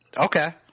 Okay